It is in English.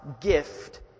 gift